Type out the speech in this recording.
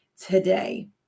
today